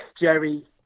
Jerry